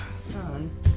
Son